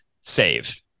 save